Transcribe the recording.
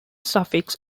suffix